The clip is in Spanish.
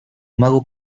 mago